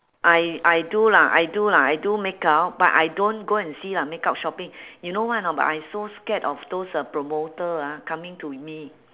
I I do lah I do lah I do makeup but I don't go and see uh makeup shopping you know why or not why I so scared of those uh promoter ah coming to me